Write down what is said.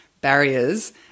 barriers